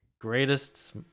greatest